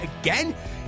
again